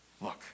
Look